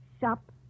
shop